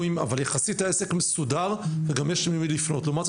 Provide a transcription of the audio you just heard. אבל יחסית העסק מסודר ויש אל מי לפנות,